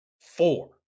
Four